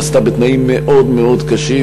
נעשתה בתנאים מאוד מאוד קשים.